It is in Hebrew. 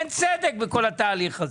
אין צדק בכל התהליך הזה.